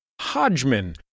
Hodgman